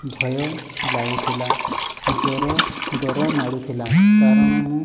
ଭୟ ଲାଗୁଥିଲା ଯୋର ଡର ମାଡ଼ୁଥିଲା କାରଣ ମୁଁ